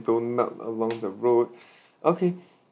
don't melt along the road okay